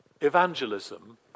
evangelism